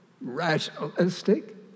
rationalistic